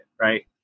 right